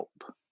help